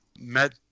Met